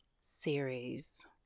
series